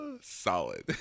Solid